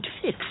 fix